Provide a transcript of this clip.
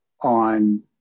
on